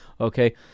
okay